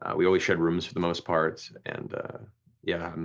ah we always shared rooms for the most part. and yeah,